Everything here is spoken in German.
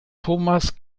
thomas